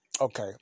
Okay